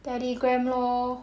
Telegram lor